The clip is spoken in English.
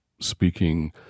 speaking